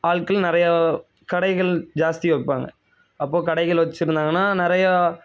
ஆட்கள் நிறையா கடைகள் ஜாஸ்தி வைப்பாங்க அப்போது கடைகள் வெச்சுருந்தாங்கன்னா நிறையா